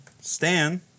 Stan